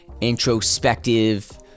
introspective